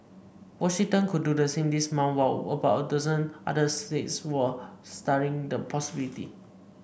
Washington could do the same later this month while about a dozen other states are studying the possibility